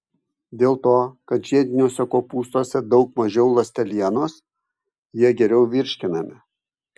dėl to kad žiediniuose kopūstuose daug mažiau ląstelienos jie geriau virškinami